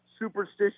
superstitious